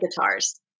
guitars